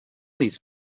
these